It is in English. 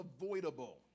unavoidable